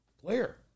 player